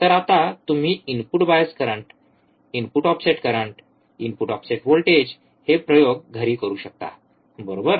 तर आता तुम्ही input bias current input offset current input offset voltage हे प्रयोग घरी करू शकता बरोबर